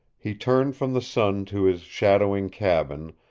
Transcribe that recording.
he turned from the sun to his shadowing cabin,